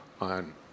on